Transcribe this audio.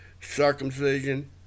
Circumcision